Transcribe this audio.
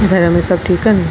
घर में सभु ठीकु आहिनि